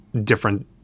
different